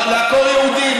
לעקור יהודים,